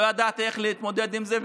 לא ידעתי איך להתמודד עם זה,